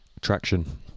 Traction